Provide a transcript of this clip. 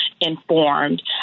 informed